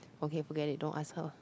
okay forget it don't ask her